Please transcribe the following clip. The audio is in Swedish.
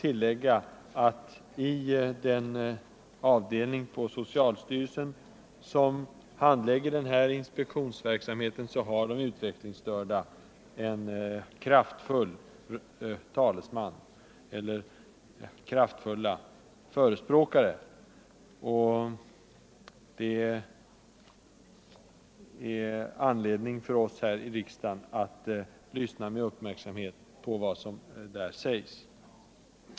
I den avdelning på socialstyrelsen som handhar denna inspektionsverksamhet har de utvecklingsstörda kraftfulla förespråkare. Det är anledning för oss här i riksdagen att med uppmärksamhet lyssna på vad man där säger.